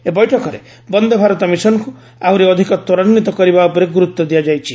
ଏହି ବୈଠକରେ ବନ୍ଦେ ଭାରତ ମିଶନ୍କୁ ଆହୁରି ଅଧିକ ତ୍ୱରାନ୍ୱିତ କରିବା ଉପରେ ଗୁରୁତ୍ୱ ଦିଆଯାଇଛି